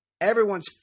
Everyone's